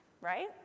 Right